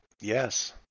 Yes